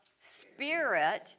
spirit